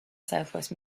southwest